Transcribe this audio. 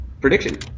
prediction